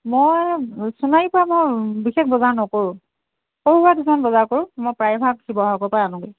মই সোণাৰীৰ পৰা মই বিশেষ বজাৰ নকৰোঁ সৰু সুৰা কিছুমান বজাৰ কৰোঁ মই প্ৰায়ভাগ শিৱসাগৰৰ পৰাই আনো